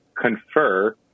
confer